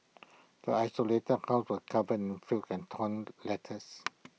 the desolated house was covered in filth and torn letters